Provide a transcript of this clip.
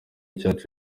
cyacu